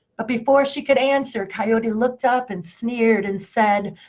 but before she could answer, coyote looked up and sneered and said,